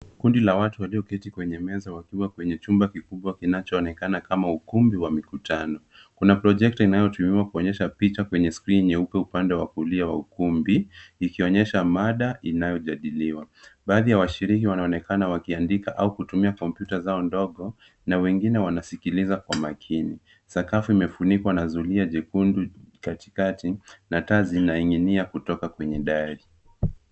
Kundi la watu walioketi kwenye meza wakiwa kwenye chumba kikubwa kinachoonekana kama ukumbi wa mikutano. Kuna projekta inayotumiwa kuonyesha picha kwenye screen nyeupe upande wa kulia wa ukumbi ikionyesha mada inayojadiliwa. Baadhi ya washiriki wanaonekana wakiandika au kutumia kompyuta zao ndogo na wengine wanasikiliza kwa makini. Sakafu imefunikwa na zulia jekundu katikati na taa zinaning'inia kutoka kwenye dari.